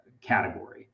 category